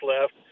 left